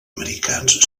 americans